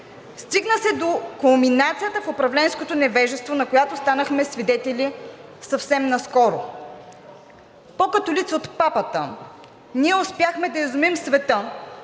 Стигна се до кулминацията в управленското невежество, на която станахме свидетели съвсем наскоро. Пó католици от папата, ние успяхме да изумим света